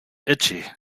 itchy